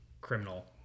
criminal